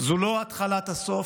זו לא התחלת הסוף,